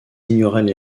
ignoraient